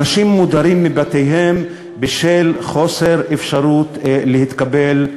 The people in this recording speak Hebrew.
אנשים מודרים מבתיהם בשל חוסר אפשרות לקבל את